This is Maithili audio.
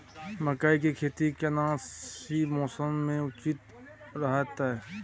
मकई के खेती केना सी मौसम मे उचित रहतय?